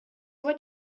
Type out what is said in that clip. what